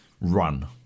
run